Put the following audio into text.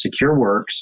SecureWorks